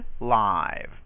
live